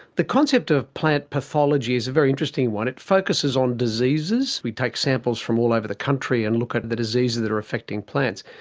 the concept of plant pathology is a very interesting one, it focuses on diseases. we take samples from all over the country and look at at the diseases that are affecting plants.